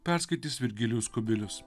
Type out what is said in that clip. perskaitys virgilijus kubilius